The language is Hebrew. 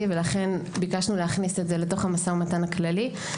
לכן ביקשנו להכניס את זה למשא ומתן הכללי.